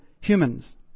humans